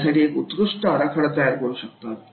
यासाठी एक उत्कृष्ट आराखडा तयार करू शकतात